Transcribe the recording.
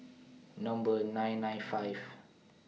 Number nine nine five